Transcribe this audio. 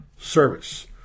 service